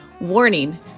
Warning